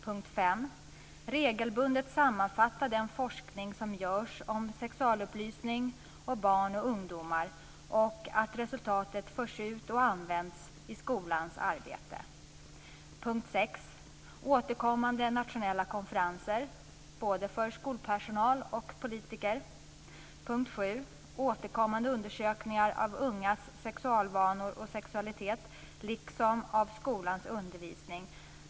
Punkt 5 säger att man regelbundet ska sammanfatta den forskning som görs om sexualupplysning och barn och ungdomar och att resultatet ska föras ut och användas i skolans arbete. Under punkt 6 talar man om återkommande nationella konferenser, både för skolpersonal och politiker. Punkt 7 berör återkommande undersökningar av ungas sexualvanor och sexualitet liksom av skolans undervisning.